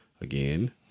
Again